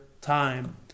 time